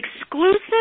exclusive